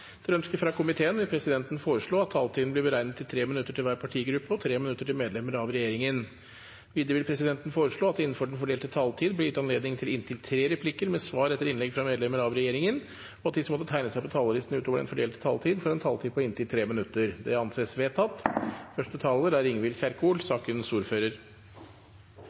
Etter ønske fra justiskomiteen vil presidenten foreslå at taletiden blir begrenset til 5 minutter til hver partigruppe og 5 minutter til medlemmer av regjeringen. Videre vil presidenten foreslå at det – innenfor den fordelte taletid – blir gitt anledning til inntil fem replikker med svar etter innlegg fra medlemmer av regjeringen, og at de som måtte tegne seg på talerlisten utover den fordelte taletid, får en taletid på inntil 3 minutter. – Det anses vedtatt. Første taler er